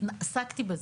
עסקתי בזה.